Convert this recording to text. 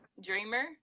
dreamer